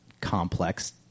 complex